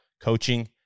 coaching